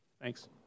thanks